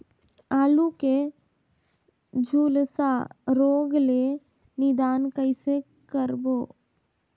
आलू के झुलसा रोग ले निदान कइसे करबो?